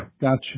gotcha